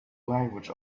language